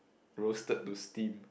roasted to steam